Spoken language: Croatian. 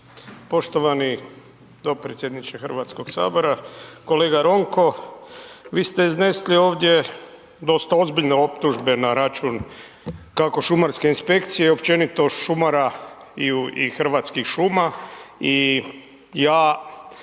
Poštovani dopredsjedniče Hrvatskog sabora. Kolega Ronko, vi ste iznesli ovdje dosta ozbiljne optužbe na račun kako šumarske inspekcije i općenito šumara i Hrvatskih šuma i ja